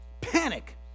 Panic